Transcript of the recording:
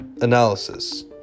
Analysis